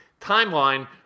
timeline